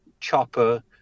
chopper